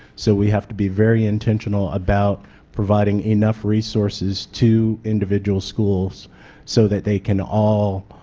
so we have to be very intentional about providing enough resources to individual schools so that they can all